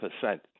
percent